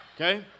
Okay